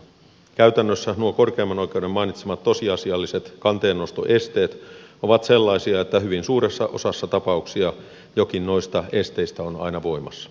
käytännössä nuo korkeimman oikeuden mainitsemat tosiasialliset kanteennostoesteet ovat sellaisia että hyvin suuressa osassa tapauksia jokin noista esteistä on aina edessä